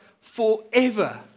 forever